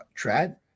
Trad